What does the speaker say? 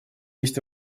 есть